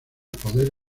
poder